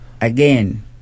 again